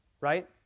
right